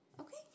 Okay